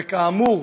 וכאמור,